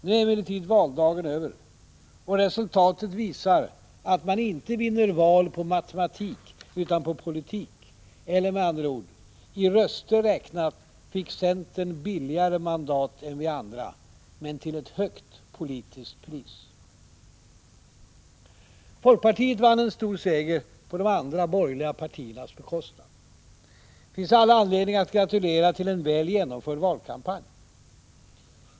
Nu är emellertid valdagen över. Och resultatet visar att man inte vinner val på matematik, utan på politik. Eller, med andra ord: I röster räknat fick centern billigare mandat än vi andra, men till ett högt politiskt pris. Folkpartiet vann en stor seger på de andra borgerliga partiernas bekostnad. Det finns all anledning att gratulera till en väl genomförd valkampanj.